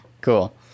Cool